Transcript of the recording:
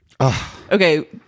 okay